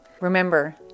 Remember